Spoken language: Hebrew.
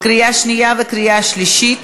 לקריאה שנייה וקריאה שלישית.